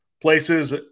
places